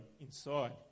inside